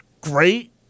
great